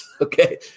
Okay